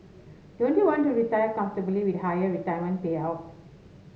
don't you want to retire comfortably with higher retirement payouts